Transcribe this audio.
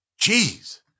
Jeez